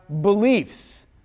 beliefs